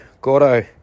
Gordo